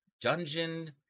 Dungeon